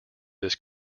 this